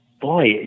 Boy